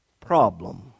problem